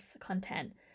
content